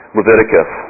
Leviticus